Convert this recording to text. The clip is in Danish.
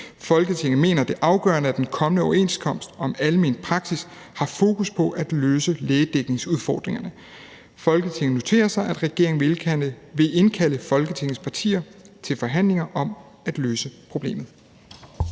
Folketinget mener, at det er afgørende, at den kommende overenskomst om almen praksis har fokus på at løse lægedækningsudfordringerne. Folketinget noterer sig, at regeringen vil indkalde Folketingets partier til forhandlinger om at løse problemet.«